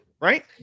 Right